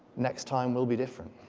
next time will be different.